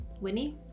winnie